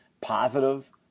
positive